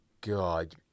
God